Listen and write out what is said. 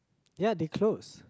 ya they closed